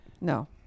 No